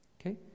Okay